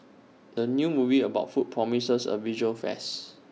the new movie about food promises A visual feast